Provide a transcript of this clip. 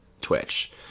Twitch